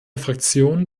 fraktion